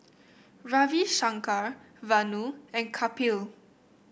Ravi Shankar Vanu and Kapil